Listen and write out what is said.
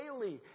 daily